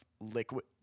liquid